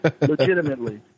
Legitimately